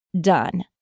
done